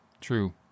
true